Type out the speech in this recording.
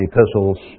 Epistles